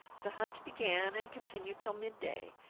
the hunt began and continued till mid-day,